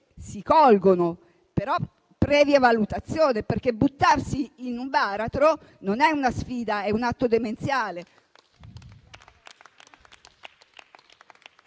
si colgono, ma previa valutazione, perché buttarsi in un baratro non è una sfida, ma un atto demenziale.